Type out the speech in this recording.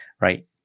right